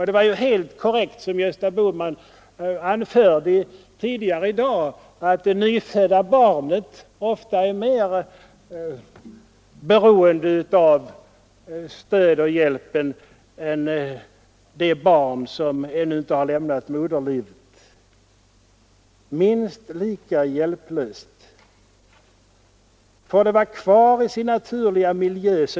Det var helt korrekt som Gösta Bohman anförde tidigare i dag att det nyfödda barnet ofta är mera hjälplöst än det barn som ännu inte har lämnat moderlivet. Visst är fostret livsdugligt, om det bara får vara kvar i sin naturliga miljö.